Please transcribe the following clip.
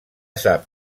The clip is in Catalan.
sap